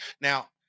Now